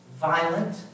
violent